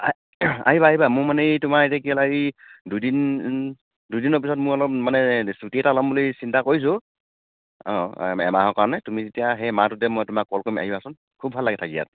আহিবা আহিবা মোৰ মানে এই তোমাৰ এতিয়া কি হ'ল এই দুদিন দুদিনৰ পিছত মোৰ অলপ মানে চুটি এটা ল'ম বুলি চিন্তা কৰিছোঁ অ এমাহৰ কাৰণে তুমি যেতিয়া সেই মাহটোতে মই তোমাক কল কৰিম আহিবাচোন খুব ভাল লাগে থাকি ইয়াত